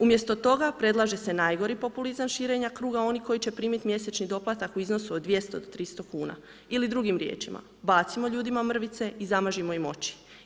Umjesto toga predlaže se najgori populizam širenja kruga onih koji će primiti mjesečni doplatak u iznosu od 200 do 300 kuna ili drugim riječima, bacimo ljudima mrvice i zamažimo im oči.